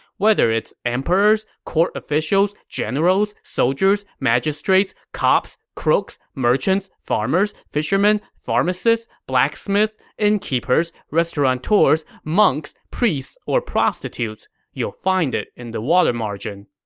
whether is emperors, court officials, generals, soldiers, magistrates, cops, crooks, merchants, farmers, fishermen, pharmacists, blacksmiths, innkeepers, restaurateurs, monks, priests, or prostitutes, you'll find it in the water margin.